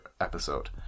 episode